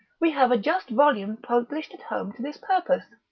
we have a just volume published at home to this purpose.